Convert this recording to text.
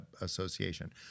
Association